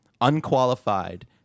Unqualified